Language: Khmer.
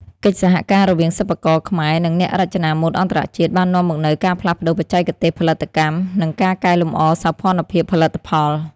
កិច្ចសហការរវាងសិប្បករខ្មែរ និងអ្នករចនាម៉ូដអន្តរជាតិ បាននាំមកនូវការផ្លាស់ប្តូរបច្ចេកទេសផលិតកម្ម និងការកែលម្អសោភ័ណភាពផលិតផល។